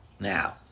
Now